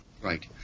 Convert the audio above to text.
Right